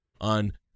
on